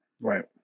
Right